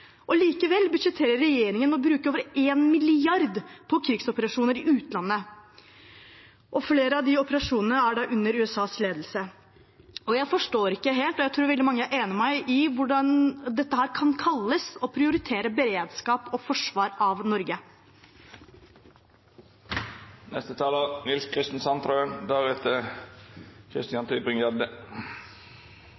funksjoner. Likevel budsjetterer regjeringen med å bruke over 1 mrd. kr på krigsoperasjoner i utlandet, og flere av de operasjonene er under USAs ledelse. Jeg forstår ikke helt – og jeg tror veldig mange er enig med meg – hvordan dette kan kalles å prioritere beredskap og forsvar av Norge.